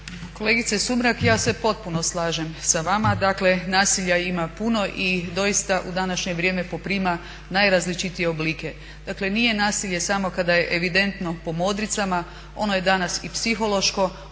Kolegice Sumrak, ja se potpuno slažem sa vama. Dakle, nasilja ima puno i doista u današnje vrijeme poprima najrazličitije oblike. Dakle, nije nasilje samo kada je evidentno po modricama. Ono je danas i psihološko.